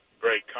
great